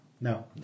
No